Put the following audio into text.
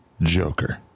Joker